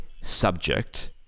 subject